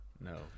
No